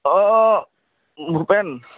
অঁ ভূপেন